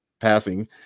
passing